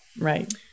Right